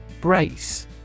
Brace